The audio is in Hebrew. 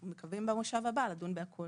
מקווים במושב הבא לדון בכול.